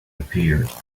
appeared